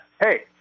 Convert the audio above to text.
hey